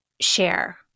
share